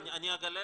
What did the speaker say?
השר להשכלה